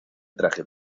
traje